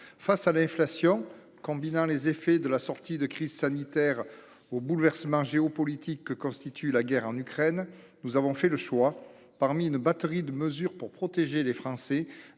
face à l'inflation qui combine les effets de la sortie de la crise sanitaire et le bouleversement géopolitique de la guerre en Ukraine, nous avons fait le choix, parmi une batterie de mesures visant à protéger les Français,